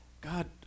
God